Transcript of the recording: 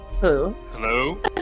Hello